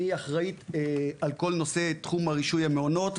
שהיא אחראית על כל נושא תחום רישוי המעונות,